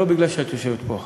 ולא כי את יושבת פה,